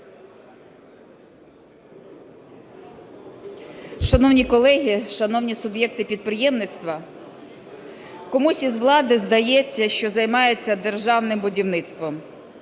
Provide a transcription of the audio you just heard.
Шановні колеги, шановні суб'єкти підприємництва, комусь із влади здається, що займається державним будівництвом.